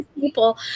people